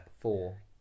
four